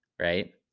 right